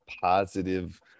positive